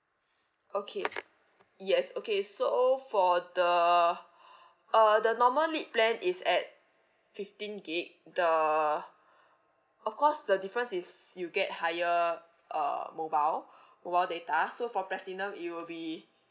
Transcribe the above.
okay yes okay so for the uh the normal lead plan is at fifteen gig the of course the difference is you get higher uh mobile mobile data so for platinum it'll be